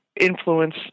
influence